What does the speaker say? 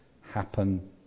happen